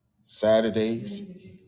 Saturdays